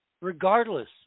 regardless